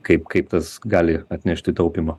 kaip kaip tas gali atnešti taupymo